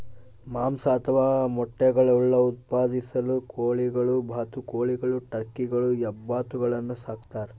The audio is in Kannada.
ಮಾಂಸ ಅಥವಾ ಮೊಟ್ಟೆಗುಳ್ನ ಉತ್ಪಾದಿಸಲು ಕೋಳಿಗಳು ಬಾತುಕೋಳಿಗಳು ಟರ್ಕಿಗಳು ಹೆಬ್ಬಾತುಗಳನ್ನು ಸಾಕ್ತಾರ